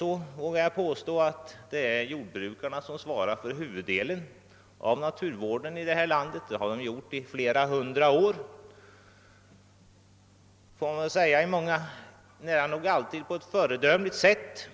Jag vågar påstå att det fortfarande är jordbrukarna som svarar för huvuddelen av naturvården i vårt land, såsom de har gjort i flera hundra år på ett nära nog alltid föredömligt sätt.